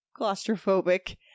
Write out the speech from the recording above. claustrophobic